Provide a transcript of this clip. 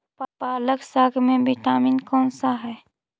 पालक साग में विटामिन कौन सा है?